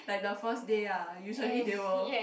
like the first day ah usually they will